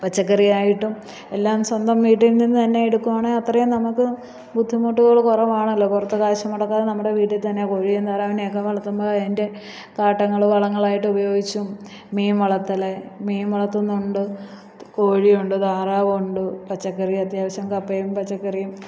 പച്ചക്കറിയായിട്ടും എല്ലാം സ്വന്തം വീട്ടീല്നിന്ന് തന്നെ എടുക്കുകയാണെങ്കിൽ അത്രയും നമുക്ക് ബുദ്ധിമുട്ടുകൾ കുറവാണല്ലൊ പുറത്ത് കാശ് മുടക്കാതെ നമ്മുടെ വീട്ടിൽത്തന്നെ കോഴിയും താറാവിനേയുമൊക്കെ വളർത്തുമ്പോൾ അതിന്റെ കാട്ടങ്ങൾ വളങ്ങളായിട്ടുപയോഗിച്ചും മീന് വളർത്തൽ മീന് വളർത്തുന്നുണ്ട് കോഴിയുണ്ട് താറാവുണ്ട് പച്ചക്കറി അത്യാവശ്യം കപ്പയും പച്ചക്കറിയും